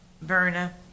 Verna